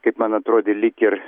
kaip man atrodė lyg ir